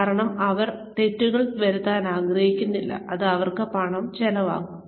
കാരണം അവർ തെറ്റുകൾ വരുത്താൻ ആഗ്രഹിക്കുന്നില്ല അത് അവർക്ക് പണം ചിലവാക്കും